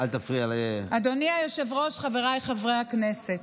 אדוני היושב-ראש, חבריי חברי הכנסת,